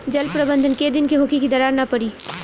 जल प्रबंधन केय दिन में होखे कि दरार न पड़ी?